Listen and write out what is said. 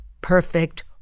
perfect